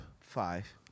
five